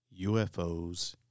UFOs